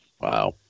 wow